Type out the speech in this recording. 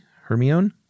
Hermione